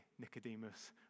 Nicodemus